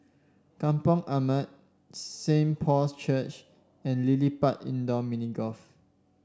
Kampong Ampat Saint Paul's Church and LilliPutt Indoor Mini Golf